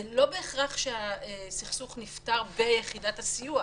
זה לא בהכרח שהסכסוך נפתר ביחידת הסיוע,